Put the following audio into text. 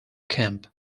camp